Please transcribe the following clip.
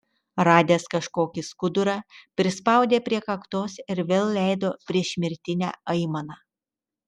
radęs kažkokį skudurą prispaudė prie kaktos ir vėl leido priešmirtinę aimaną